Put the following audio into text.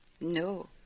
No